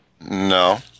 No